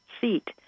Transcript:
seat